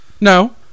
No